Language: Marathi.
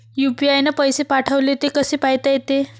यू.पी.आय न पैसे पाठवले, ते कसे पायता येते?